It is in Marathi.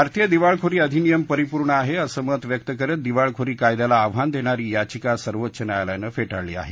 भारतीय दिवाळखोरी अधिनियम परिपूर्ण आहे असं मत व्यक्त करत दिवाळखोरी कायद्याला आव्हान देणारी याचिका सर्वोच्च न्यायालयानं फेटाळली आहे